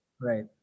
Right